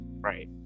right